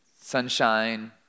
sunshine